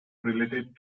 related